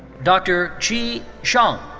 dr. qi zhang.